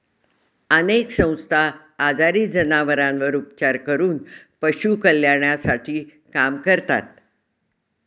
अनेक संस्था आजारी जनावरांवर उपचार करून पशु कल्याणासाठी काम करतात